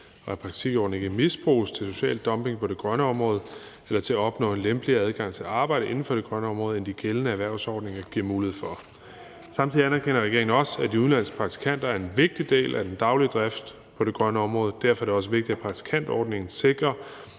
og at praktikantordningen ikke misbruges til social dumping på det grønne område eller til at opnå en lempeligere adgang til arbejde inden for det grønne område, end de gældende erhvervsordninger giver mulighed for. Samtidig anerkender regeringen også, at de udenlandske praktikanter er en vigtig del af den daglige drift på det grønne område. Derfor er det også vigtigt, at praktikantordningen sikrer